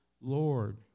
Lord